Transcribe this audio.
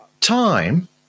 time